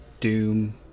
doom